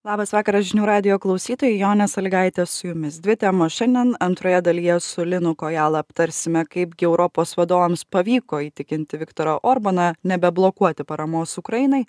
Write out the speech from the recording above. labas vakaras žinių radijo klausytojai jonė salygaitė su jumis dvi temos šiandien antroje dalyje su linu kojala aptarsime kaipgi europos vadovams pavyko įtikinti viktorą orbaną nebeblokuoti paramos ukrainai